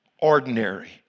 ordinary